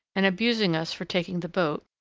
and, abusing us for taking the boat,